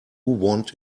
want